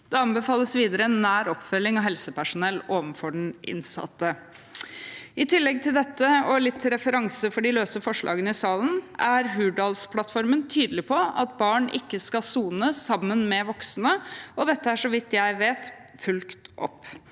Det anbefales videre en nær oppfølging av helsepersonell overfor den innsatte. I tillegg til dette vil jeg si, litt med referanse til de løse forslagene i salen, at Hurdalsplattformen er tydelig på at barn ikke skal sone sammen med voksne. Dette har, så vidt jeg vet, blitt fulgt opp.